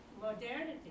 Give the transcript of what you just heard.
modernity